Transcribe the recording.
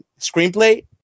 screenplay